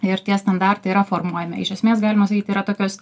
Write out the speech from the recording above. ir tie standartai yra formuojami iš esmės galima sakyt yra tokios